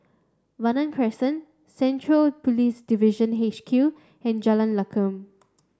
Vanda Crescent Central Police Division H Q and Jalan Lakum